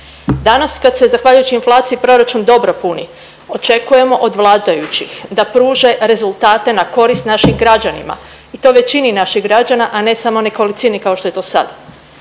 Danas kad se zahvaljujući inflaciji proračun dobro puni očekujemo od vladajućih da pruže rezultate na korist našim građanima i to većini naših građana, a ne samo nekolicini kao što je to sad.